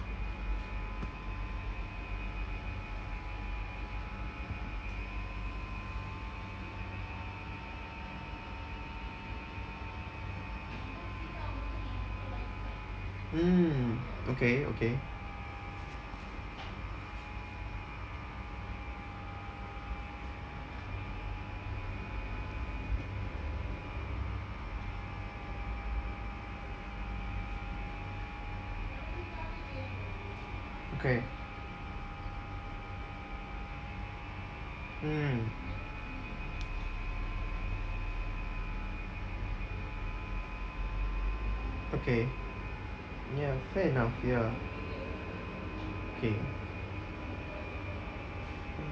mm okay okay okay mm okay ya fair enough ya okay